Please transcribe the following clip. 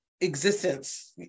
existence